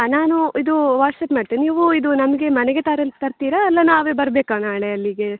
ನಾನು ಇದು ವಾಟ್ಸಪ್ ಮಾಡ್ತೇನೆ ನೀವು ಇದು ನಮಗೆ ಮನೆಗೆ ತರಲ್ ತರ್ತೀರಾ ಅಲ್ಲ ನಾವೇ ಬರಬೇಕಾ ನಾಳೆ ಅಲ್ಲಿಗೆ